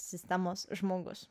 sistemos žmogus